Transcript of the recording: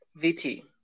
VT